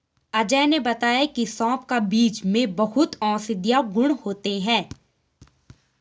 अजय ने बताया की सौंफ का बीज में बहुत औषधीय गुण होते हैं